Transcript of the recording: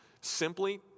Simply